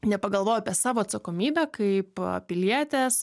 nepagalvojau apie savo atsakomybę kaip pilietės